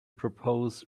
propose